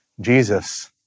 Jesus